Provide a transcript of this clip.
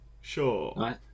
Sure